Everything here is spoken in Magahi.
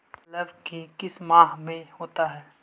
लव की किस माह में होता है?